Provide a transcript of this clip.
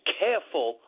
careful